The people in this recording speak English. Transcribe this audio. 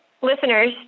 listeners